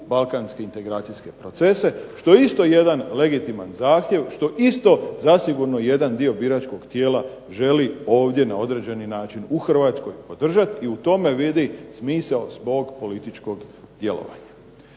Balkanske integracijske procese, što je isto jedan legitiman zahtjev što zasigurno jedan dio biračkog tijela želi ovdje na određeni način u Hrvatskoj podržati i u tome vidi smisao svog političkog djelovanja.